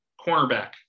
Cornerback